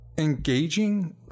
engaging